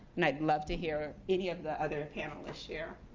and i'd love to hear any of the other panelists share.